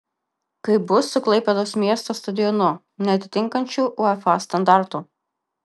kaip bus su klaipėdos miesto stadionu neatitinkančiu uefa standartų